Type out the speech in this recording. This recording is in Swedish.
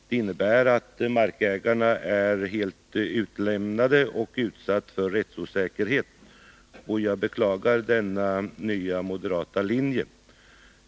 Det innebär att markägarna är helt utlämnade och utsatta för rättsosäkerhet. Jag beklagar denna nya moderata linje.